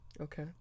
Okay